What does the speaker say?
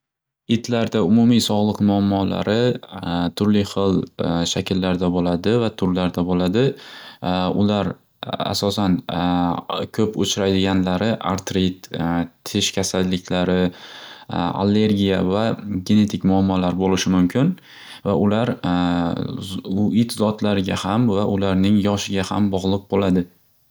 Itlarda umumiy sog'liq muammolari turli xil shakllarda bo'ladi va turlarda bo'ladi. Ular asosan ko'p uchraydiganlari artrit tish kasalliklari allergiya va genatik muammolar bo'lishi mumkin va ular it zotlariga ham ularning yoshiga ham bog'liq bo'ladi.